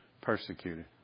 persecuted